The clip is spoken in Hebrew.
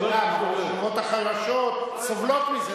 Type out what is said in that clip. השכבות החלשות סובלות מזה,